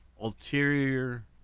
ulterior